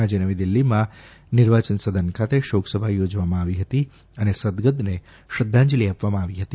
આજે નવી દિલ્હીમાં નિર્વાયના સદન ખાતે શોકસભા યોજવામાં આવી હતી અને સદગતને શ્રધ્ધાજલિ આપવામાં આવી હતી